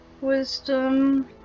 wisdom